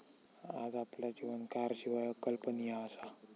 आज आपला जीवन कारशिवाय अकल्पनीय असा